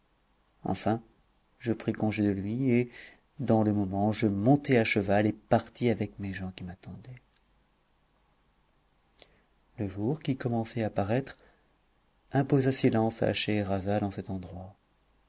enfin je pris congé de lui et dans le moment je montai à cheval et partis avec mes gens qui m'attendaient le jour qui commençait à paraître imposa silence à scheherazade en cet endroit